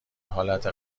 حالت